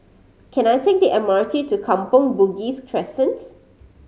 can I take the M R T to Kampong Bugis Crescent